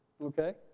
Okay